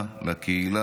לקהילה,